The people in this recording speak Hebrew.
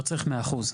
לא צריך מאה אחוז,